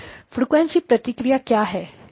frequency प्रतिक्रिया क्या है